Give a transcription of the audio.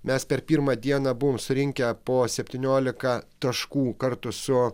mes per pirmą dieną buvome surinkę po septyniolika taškų kartu su